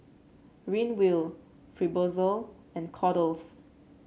Ridwind Fibrosol and Kordel's